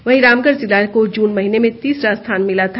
वहीं रामगढ़ जिला को जून महीने में तीसरा स्थान मिला था